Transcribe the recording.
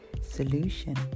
solution